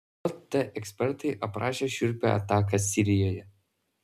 jt ekspertai aprašė šiurpią ataką sirijoje